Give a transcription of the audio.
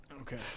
Okay